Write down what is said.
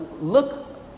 look